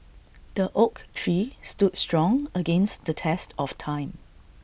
the oak tree stood strong against the test of time